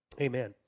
Amen